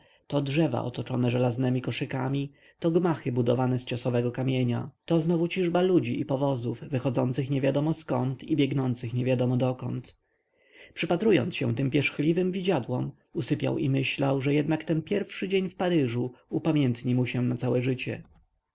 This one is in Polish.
to drzewa otoczone żelaznemi koszykami to gmachy budowane z ciosowego kamienia to znowu ciżba ludzi i powozów wychodzących niewiadomo zkąd i biegnących niewiadomo dokąd przypatrując się tym pierzchliwym widziadłom usypiał i myślał że jednak ten pierwszy dzień w paryżu upamiętni mu się na całe życie